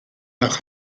nach